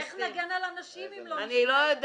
אז איך נגן על הנשים אם לא נקשיב לכם?